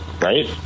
right